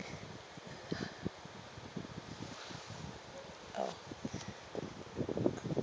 oh